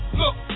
look